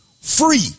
free